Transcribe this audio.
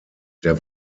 der